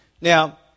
Now